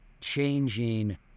changing